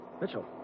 Mitchell